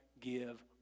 give